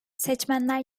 seçmenler